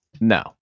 No